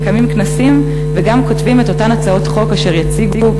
מקיימים כנסים וגם כותבים את אותן הצעות חוק אשר יציגו,